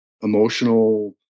emotional